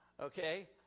Okay